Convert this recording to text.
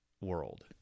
world